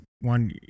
one